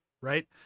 right